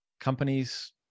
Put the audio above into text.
companies